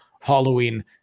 Halloween